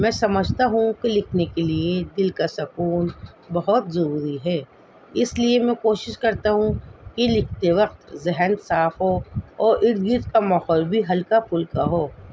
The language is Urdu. میں سمجھتا ہوں کہ لکھنے کے لیے دل کا سکون بہت ضروری ہے اس لیے میں کوشش کرتا ہوں کہ لکھتے وقت ذہن صاف ہو اور ارد گرد کا ماحول بھی ہلکا پھلکا ہو